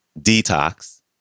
Detox